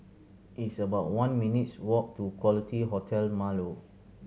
it's about one minutes' walk to Quality Hotel Marlow